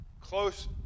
Close